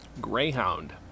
Greyhound